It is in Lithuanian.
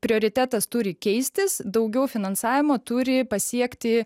prioritetas turi keistis daugiau finansavimo turi pasiekti